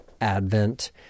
Advent